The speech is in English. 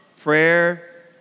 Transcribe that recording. prayer